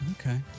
Okay